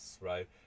right